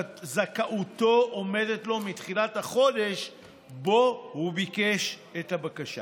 זכאותו עומדת לו מתחילת החודש שבו הוא ביקש את הבקשה.